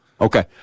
Okay